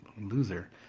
Loser